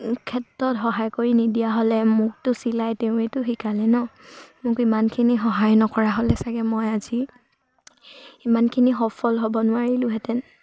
ক্ষেত্ৰত সহায় কৰি নিদিয়া হ'লে মোকতো চিলাই তেওঁৱেতো শিকালে নহ্ মোক ইমানখিনি সহায় নকৰা হ'লে চাগে মই আজি ইমানখিনি সফল হ'ব নোৱাৰিলোঁহেঁতেন